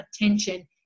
attention